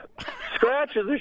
scratches